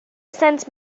sense